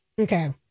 Okay